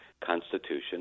Constitution